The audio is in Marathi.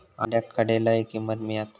अंड्याक खडे लय किंमत मिळात?